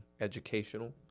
educational